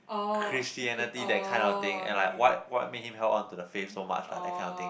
Christianity that kind of thing and like what what made him held onto the faith so much lah that kind of thing